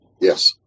Yes